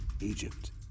Egypt